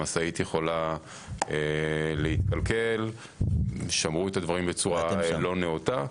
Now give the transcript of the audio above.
המשאית יכולה להתקלקל או שמרו את הדברים בצורה לא נאותה,